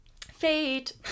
Fate